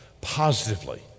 positively